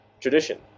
tradition